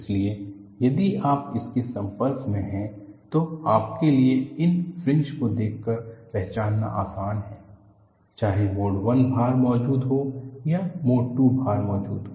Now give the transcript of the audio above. इसलिए यदि आप इसके संपर्क में है तो आपके लिए इन फ्रिंज को देखकर पहचानना आसान है चाहे मोड I भार मौजूद हो या मोड II भार मौजूद हो